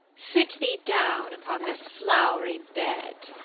sit thee down upon this flow'ry bed,